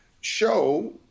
show